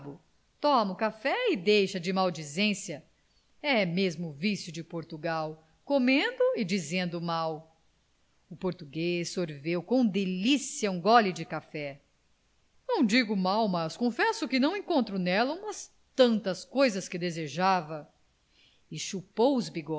o café e deixa de maldizência é mesmo vicio de portugal comendo e dizendo mal o português sorveu com delícia um gole de café não digo mal mas confesso que não encontro nela umas tantas coisas que desejava